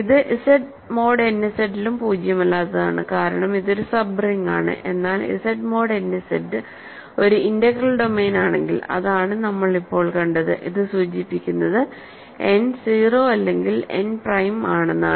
ഇത് Z mod n Z ലും പൂജ്യമല്ലാത്തതാണ് കാരണം ഇത് ഒരു സബ് റിങ് ആണ് എന്നാൽ Z മോഡ് n Z ഒരു ഇന്റഗ്രൽ ഡൊമെയ്നാണെങ്കിൽ അതാണ് നമ്മൾ ഇപ്പോൾ കണ്ടത് ഇത് സൂചിപ്പിക്കുന്നത് n 0 അല്ലെങ്കിൽ n പ്രൈം ആണെന്നാണ്